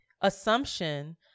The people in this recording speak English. assumption